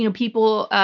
you know people,